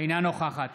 אינה נוכחת